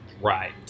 right